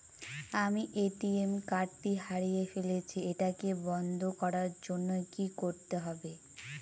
আমি ATM card টি হারিয়ে ফেলেছি এটাকে বন্ধ করার জন্য কি করতে হবে?